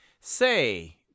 Say